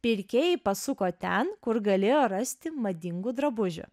pirkėjai pasuko ten kur galėjo rasti madingų drabužių